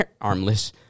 Armless